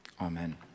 amen